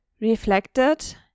reflected